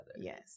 Yes